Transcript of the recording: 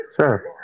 sure